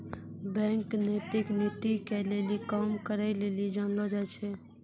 bank नैतिक नीति के लेली काम करै लेली जानलो जाय छै